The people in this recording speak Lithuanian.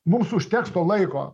mums užteks to laiko